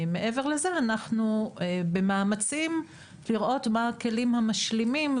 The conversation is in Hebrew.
מעבר לזה אנחנו במאמצים לראות מה הכלים המשלימים.